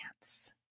dance